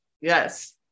Yes